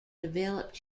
developed